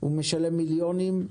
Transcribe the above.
הוא משלם מיליונים.